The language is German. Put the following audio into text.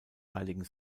heiligen